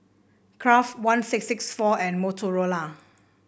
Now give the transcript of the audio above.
Kraft one six six four and Motorola